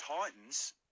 Titans